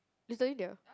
recently their